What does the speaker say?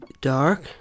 dark